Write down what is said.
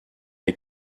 est